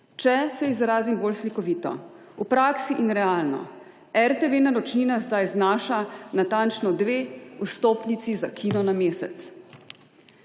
Če se izrazim bolj slikovito, v praksi in realno RTV naročnina zdaj znaša natančno dve vstopnici za kino na mesec.